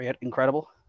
incredible